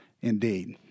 indeed